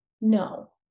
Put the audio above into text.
No